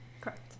Correct